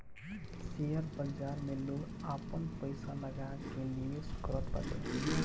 share बाजार में लोग आपन पईसा लगा के निवेश करत बाटे